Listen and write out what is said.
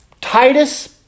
Titus